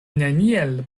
neniel